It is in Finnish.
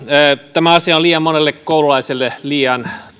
tämä asia on liian monelle koululaiselle liian